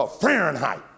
Fahrenheit